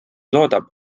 loodab